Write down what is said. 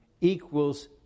equals